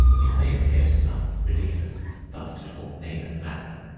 it may appear to some ridiculous thus to talk knave and madman,